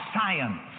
science